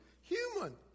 human